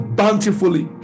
bountifully